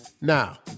Now